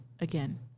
again